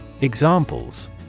Examples